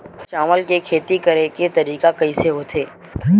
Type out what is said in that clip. चावल के खेती करेके तरीका कइसे होथे?